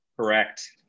Correct